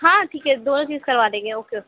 ہاں ٹھیک ہے دونوں چیز کروا دیں گے اوکے